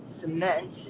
cement